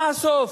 מה הסוף?